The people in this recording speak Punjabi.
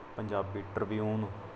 ਪੰਜਾਬੀ ਟ੍ਰਬਿਊਨ